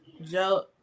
Joe